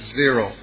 zero